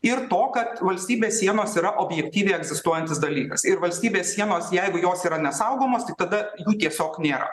ir to kad valstybės sienos yra objektyviai egzistuojantis dalykas ir valstybės sienos jeigu jos yra nesaugomos tik tada jų tiesiog nėra